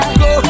go